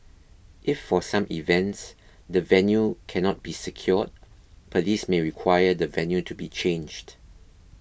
if for some events the venue cannot be secured police may require the venue to be changed